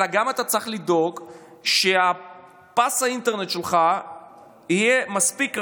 אלא אתה גם צריך לדאוג שפס האינטרנט שלך יהיה מספיק רחב,